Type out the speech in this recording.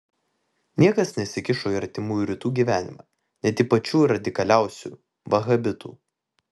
niekas nesikišo į artimųjų rytų gyvenimą net į pačių radikaliausių vahabitų